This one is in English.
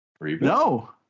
no